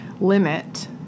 limit